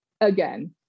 again